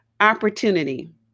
opportunity